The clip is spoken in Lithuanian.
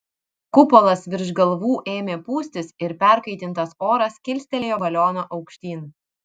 kupolas virš galvų ėmė pūstis ir perkaitintas oras kilstelėjo balioną aukštyn